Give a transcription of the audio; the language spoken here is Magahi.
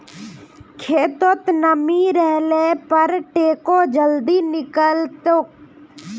खेतत नमी रहले पर टेको जल्दी निकलतोक